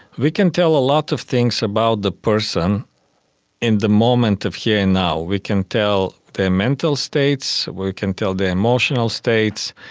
we can tell a lot of things about the person in the moment of here and now. we can tell their mental states, we can tell their emotional states,